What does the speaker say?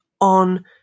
on